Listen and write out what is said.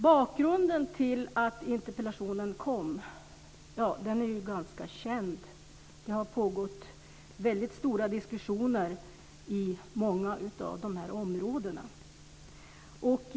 Bakgrunden till interpellationen är ganska känd. Det har pågått väldigt stora diskussioner i många av de här områdena.